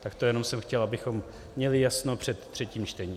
Tak to jenom jsem chtěl, abychom měli jasno před třetím čtením.